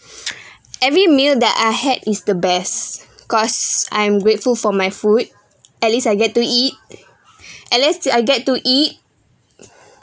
every meal that I had is the best cause I am grateful for my food at least I get to eat at least I get to eat